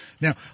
now